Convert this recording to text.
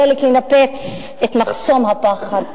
דלק לנפץ את מחסום הפחד,